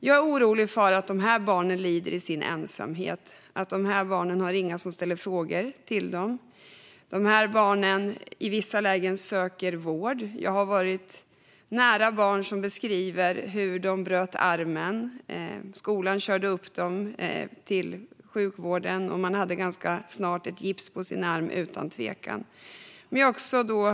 Jag oroar mig för att dessa barn lider i ensamhet och inte har någon som ställer frågor. I vissa lägen söker dessa barn vård. När barn bryter armen i skolan körs de till sjukhus och får utan tvekan armen gipsad.